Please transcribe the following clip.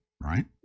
right